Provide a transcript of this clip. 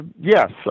Yes